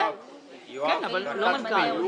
ואם הוא לא ימנה,